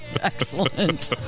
Excellent